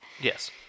Yes